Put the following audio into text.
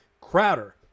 Crowder